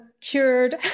cured